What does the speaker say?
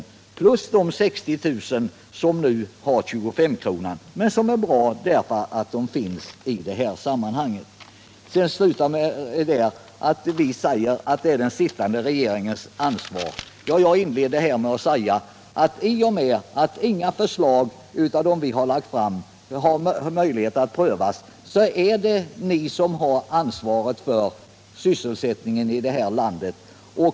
Dessutom skall vi lägga till de 60 000 som nu har 25-kronan. Jag skall sluta med att åter beröra det vi säger om att det är den sittande regeringen som bär ansvaret för sysselsättningen. Jag inledde mitt huvudanförande med att säga: I och med att inga av de förslag vi har lagt fram kan prövas i praktiken är det ni som har ansvaret för sysselsättningen i det här landet.